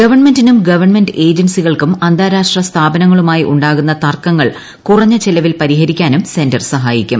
ഗവൺമെന്റിനും ഗവൺമെന്റ് ഏജൻസികൾക്കും അന്താരാഷ്ട്ര സ്ഥാപനങ്ങളുമായി ഉണ്ടാകുന്ന തർക്കങ്ങൾ കുറഞ്ഞ ചിലവിൽ പരിഹരിക്കാനും സെന്റർ സഹായിക്കും